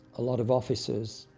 a lot of officers,